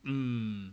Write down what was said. mm